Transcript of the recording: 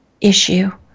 issue